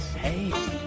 Hey